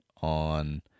on